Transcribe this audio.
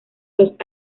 los